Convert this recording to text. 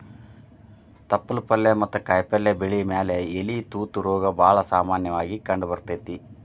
ತಪ್ಪಲ ಪಲ್ಲೆ ಮತ್ತ ಕಾಯಪಲ್ಲೆ ಬೆಳಿ ಮ್ಯಾಲೆ ಎಲಿ ತೂತ ರೋಗ ಬಾಳ ಸಾಮನ್ಯವಾಗಿ ಕಂಡಬರ್ತೇತಿ